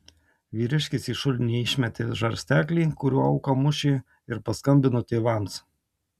vyriškis į šulinį išmetė žarsteklį kuriuo auką mušė ir paskambino tėvams